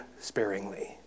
sparingly